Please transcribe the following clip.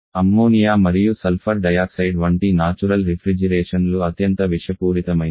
ammonia మరియు sulphur dioxide వంటి natural refrigeration లు అత్యంత విషపూరితమైనవి